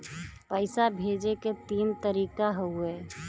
पइसा भेजे क तीन तरीका हउवे